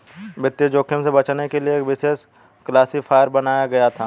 वित्तीय जोखिम से बचने के लिए एक विशेष क्लासिफ़ायर बनाया गया था